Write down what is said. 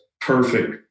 perfect